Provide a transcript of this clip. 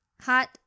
Hot